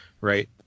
right